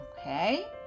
okay